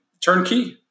Turnkey